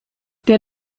der